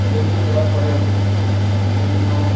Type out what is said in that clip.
যৌতুক দেওয়ার পরেও বিভিন্ন